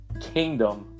kingdom